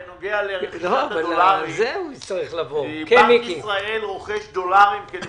בנק ישראל רוכש דולרים כדי